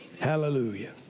Hallelujah